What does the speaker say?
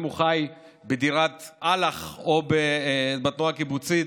אם הוא חי בדירת אל"ח או בתנועה הקיבוצית,